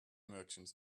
merchant